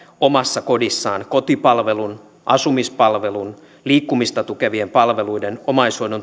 omassa kodissaan kotipalvelun asumispalvelun liikkumista tukevien palveluiden omaishoidon